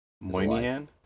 Moynihan